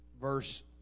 verse